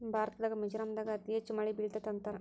ಭಾರತದಾಗ ಮಿಜೋರಾಂ ದಾಗ ಅತಿ ಹೆಚ್ಚ ಮಳಿ ಬೇಳತತಿ ಅಂತಾರ